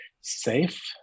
safe